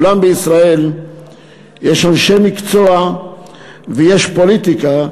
ואולם, בישראל יש אנשי מקצוע ויש פוליטיקה,